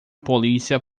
polícia